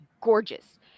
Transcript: gorgeous